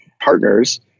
partners